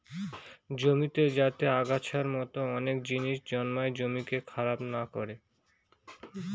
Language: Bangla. জমিতে যাতে আগাছার মতো অনেক জিনিস জন্মায় জমিকে খারাপ না করে